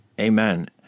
Amen